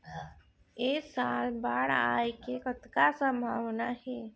ऐ साल बाढ़ आय के कतका संभावना हे?